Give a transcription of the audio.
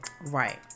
Right